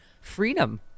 freedom